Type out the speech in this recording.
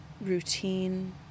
routine